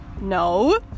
No